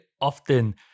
often